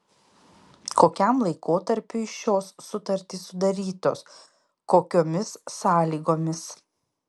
kokiam laikotarpiui šios sutartys sudarytos kokiomis sąlygomis